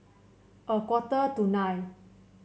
a quarter to nine